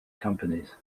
companies